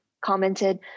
commented